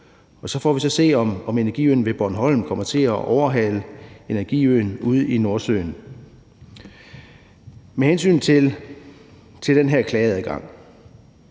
og så får vi så at se, om energiøen ved Bornholm kommer til at overhale energiøen ude i Nordsøen. Med hensyn til den her klageadgang